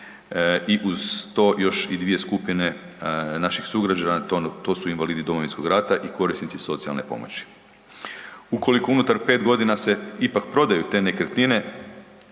i uz to još i dvije skupine naših sugrađana, to su invalidi Domovinskog rata i korisnici socijalne pomoći. Ukoliko unutar pet godina se ipak prodaju te nekretnine